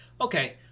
Okay